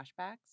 flashbacks